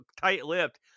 tight-lipped